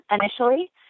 initially